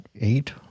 eight